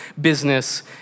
business